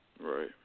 right